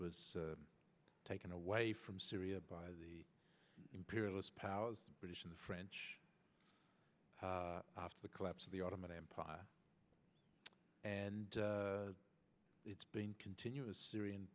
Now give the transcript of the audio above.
was taken away from syria by the imperialist powers british and french after the collapse of the ottoman empire and it's been continuous syrian